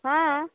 हाँ